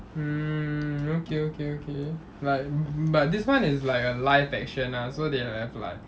mm okay okay okay like but this [one] is like a live action ah so they have like